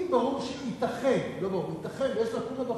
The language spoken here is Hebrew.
אם ייתכן שיש לקונה בחוק,